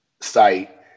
site